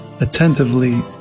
attentively